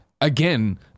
again